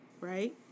right